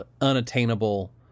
unattainable